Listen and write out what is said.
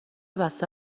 بسته